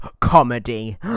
comedy